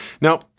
Now